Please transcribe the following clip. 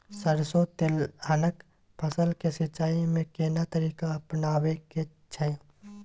सरसो तेलहनक फसल के सिंचाई में केना तरीका अपनाबे के छै?